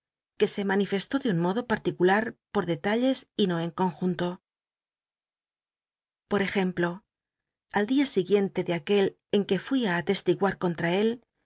que se maticui h por detalles y no en conjunto por ejemplo al dia siguiente de aquel en que fui j atestiguar contra él